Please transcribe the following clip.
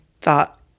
thought